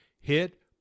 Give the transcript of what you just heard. hit